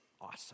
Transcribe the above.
awesome